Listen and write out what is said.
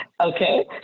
Okay